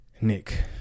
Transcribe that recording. Nick